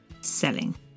selling